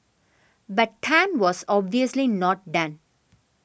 but Tan was obviously not done